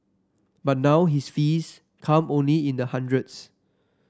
but now his fees come only in the hundreds